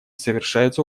совершаются